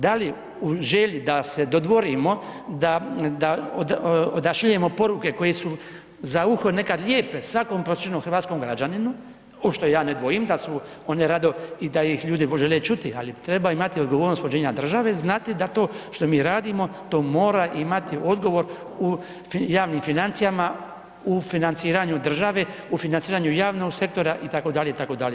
Da li u želji da se dodvorimo, da odašiljemo poruke koje su za uho nekad lijepe svakom prosječnom hrvatskom građaninu, u što ja ne dvojim, da su one rado i da ih ljudi žele čuti, ali treba imati odgovornost vođenja države, znati da to što mi radimo, to mora imati odgovor u javnim financijama, u financiranju države, u financiranju javnog sektora, itd., itd.